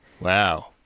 Wow